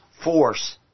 force